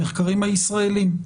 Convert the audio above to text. המחקרים הישראליים?